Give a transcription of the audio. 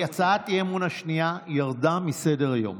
הצעת האי-אמון השנייה ירדה מסדר-היום.